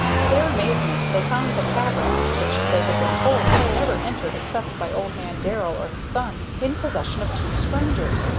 to their amazement they found the cavern, which they had been told was never entered except by old man darrell or his son, in possession of two strangers,